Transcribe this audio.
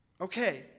okay